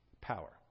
power